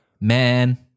Man